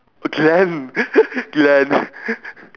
glen glen